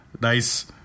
nice